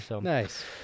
Nice